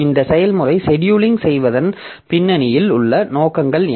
இந்த செயல்முறை செடியூலிங் செய்வதன் பின்னணியில் உள்ள நோக்கங்கள் என்ன